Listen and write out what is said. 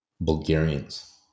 Bulgarians